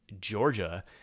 Georgia